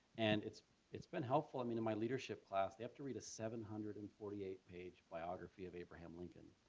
and it's it's been helpful i mean in my leadership class. they have to read a seven hundred and forty eight biography of abraham lincoln,